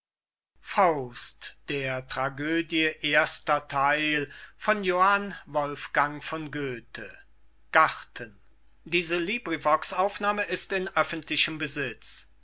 sprechen der tragödie erster